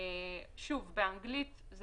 באנגלית יש